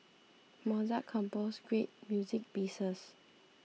Mozart composed great music pieces